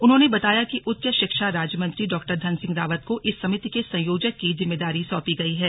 उन्होंने बताया कि उच्च शिक्षा राज्यमंत्री डॉ धन सिंह रावत को इस समिति के संयोजक की जिम्मेदारी सौंपी गई है